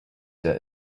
there